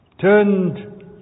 turned